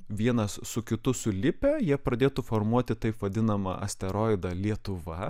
vienas su kitu sulipę jie pradėtų formuoti taip vadinamą asteroidą lietuva